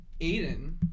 Aiden